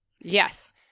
Yes